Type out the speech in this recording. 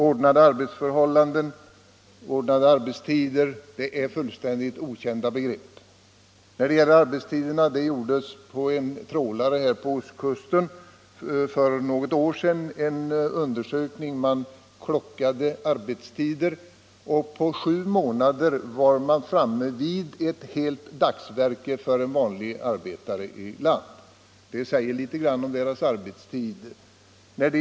Ordnade arbetsförhållanden och ordnade arbetstider är för dem helt okända begrepp. När det gäller arbetstiderna gjordes det för något år sedan en undersökning på en trålare på ostkusten. Man klockade då fiskarnas arbetstider, och på sju månader kom man upp till en sammanlagd arbetstid som motsvarade ett helt års arbetstid för en arbetare i land. Det säger litet om fiskarnas arbetstider.